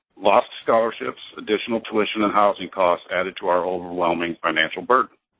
lost scholarships, additional tuition and housing costs added to our overwhelming financial burden.